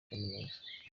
kaminuza